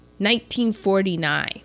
1949